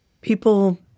people